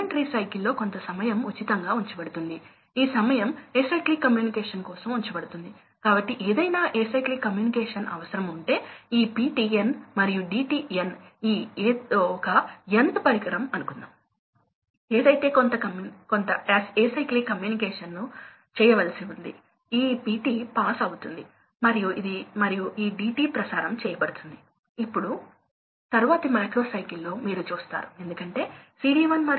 మళ్ళీ పంపుల కోసం ఇది వేరియబుల్ స్పీడ్ పంప్ కంట్రోల్ కాబట్టి మీరు స్థిరమైన స్పీడ్ డ్రైవ్ ను నియంత్రించే ఒక మార్గం మీకు స్థిరమైన స్పీడ్ మోటారు డ్రైవ్ ఉంది మరియు మీకు వాల్వ్ ఉంది లేదా ఫీడ్బ్యాక్ ను బట్టి మీకు పంప్ యొక్క వేరియబుల్ స్పీడ్ డ్రైవ్ ఉంటుంది